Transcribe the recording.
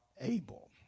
able